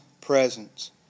presence